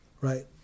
Right